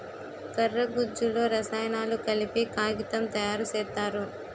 కర్ర గుజ్జులో రసాయనాలు కలిపి కాగితం తయారు సేత్తారు